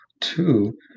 two